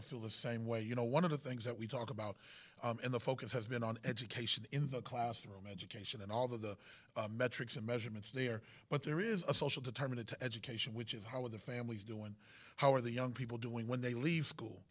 of feel the same way you know one of the things that we talk about in the focus has been on education in the classroom education and all of the metrics and measurements there but there is a social determinants of education which is how are their families doing how are the young people doing when they leave school